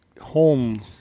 home